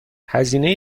هزینه